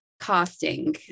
casting